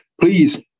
please